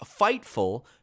Fightful